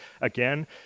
Again